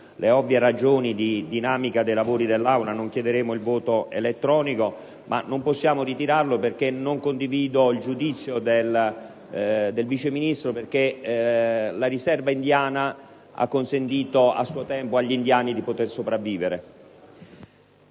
le ovvie ragioni di dinamica dei lavori dell'Aula, il voto elettronico. Non posso però ritirarlo perché non condivido il giudizio del Vice Ministro, dal momento che la riserva indiana ha consentito a suo tempo agli indiani di sopravvivere.